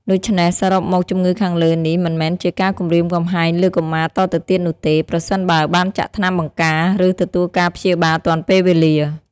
ដូច្នេះ សរុបមកជម្ងឺខាងលើនេះមិនមែនជាការគំរាមគំហែងលើកុមារតទៅទៀតនោះទេ ប្រសិនបើបានចាក់ថ្នាំបង្ការ ឬ ទទួលការព្យាបាលទាន់ពេលវេលា។